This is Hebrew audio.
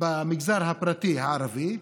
במגזר הפרטי הערבי,